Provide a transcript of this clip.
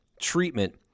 treatment